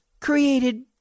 created